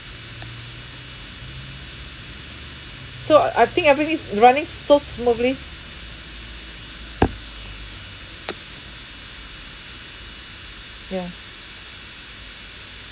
so I think everything is running so smoothly ya